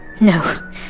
No